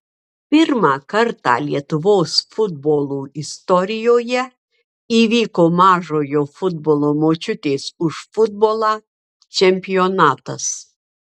pirmą kartą lietuvos futbolo istorijoje įvyko mažojo futbolo močiutės už futbolą čempionatas